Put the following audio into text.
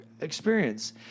experience